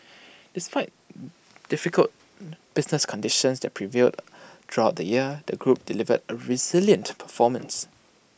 despite difficult business conditions that prevailed throughout the year the group delivered A resilient performance